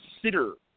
consider